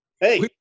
Hey